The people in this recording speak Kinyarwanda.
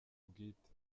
bwite